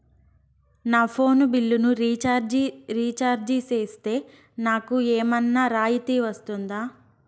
నా ఫోను బిల్లును recharge recharge సేస్తే, నాకు ఏమన్నా రాయితీ వస్తుందా?